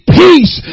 peace